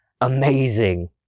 amazing